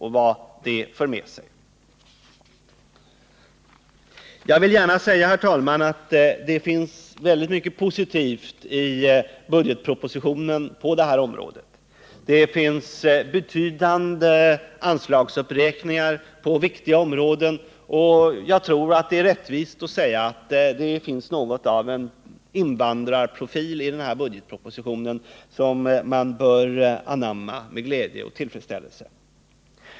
Jag vill, herr talman, gärna säga att det finns mycket positivt i budgetpropositionen. Det har på viktiga områden skett betydande anslagsuppräkningar, och jag tror att det är rättvist att säga att det finns något av en invandrarprofil i den här budgetpropositionen, som man bör notera med glädje och tillfredsställelse.